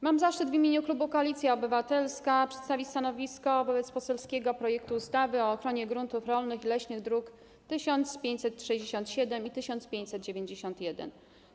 Mam zaszczyt w imieniu klubu Koalicja Obywatelska przedstawić stanowisko wobec poselskiego projektu ustawy o zmianie ustawy o ochronie gruntów rolnych i leśnych, druki nr 1567 i 1591.